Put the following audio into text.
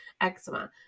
eczema